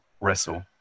wrestle